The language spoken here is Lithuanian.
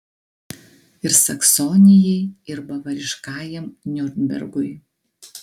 ir saksonijai ir bavariškajam niurnbergui